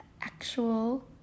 actual